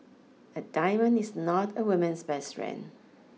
a diamond is not a woman's best friend